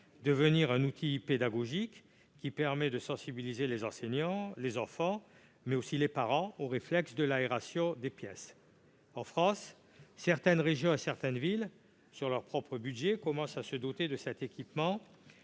devenir un outil pédagogique, qui permet de sensibiliser les enseignants, les enfants, mais aussi les parents au réflexe de l'aération des pièces. En France, certaines régions et villes commencent à se doter, sur leur propre budget, de cet équipement,